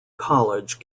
college